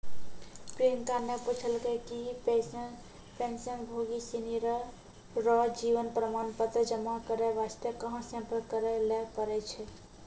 प्रियंका ने पूछलकै कि पेंशनभोगी सिनी रो जीवन प्रमाण पत्र जमा करय वास्ते कहां सम्पर्क करय लै पड़ै छै